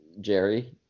Jerry